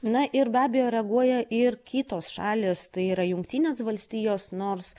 na ir be abejo reaguoja ir kitos šalys tai yra jungtinės valstijos nors